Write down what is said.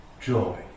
joy